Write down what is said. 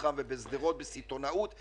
בירוחם ובשדרות בסיטונאות,